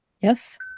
Yes